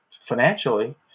financially